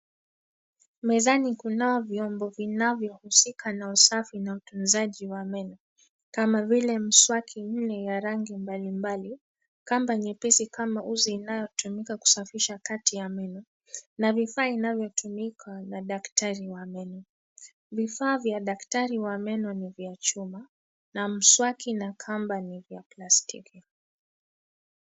Mezani kunao vyombo vinavyo husika na usafi na utunzaji wa meno. Kama vile mswaki nne ya rangi mbalimbali, kamba nyepesi kama uzi inayotumika kusafisha kati ya meno, na vifaa vinavyotumika na daktari wa meno. Vifaa vya daktari wa meno ni vya chuma na mswaki na kamba ni vya plastiki.